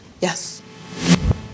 Yes